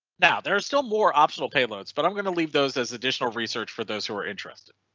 now, there are still more optional payloads. but i'm going to leave those as additional research for those who are interested.